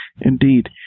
Indeed